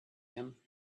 him